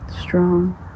Strong